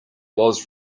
was